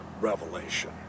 revelation